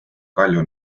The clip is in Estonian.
kalju